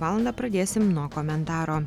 valandą pradėsim nuo komentaro